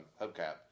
hubcap